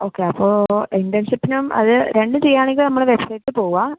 okay അപ്പോൾ ഇന്റേൺഷിപ്പിനും അത് രണ്ടും ചെയ്യണമെങ്കിൽ നമ്മള് വെബ്സൈറ്റിൽ പോകുവ